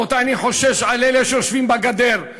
אני חושש לאלה שיושבים על הגדר,